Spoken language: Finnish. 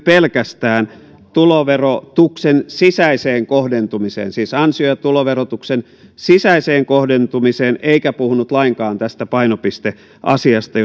pelkästään tuloverotuksen sisäiseen kohdentumiseen siis ansiotuloverotuksen sisäiseen kohdentumiseen eikä puhunut lainkaan tästä painopisteasiasta